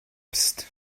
psst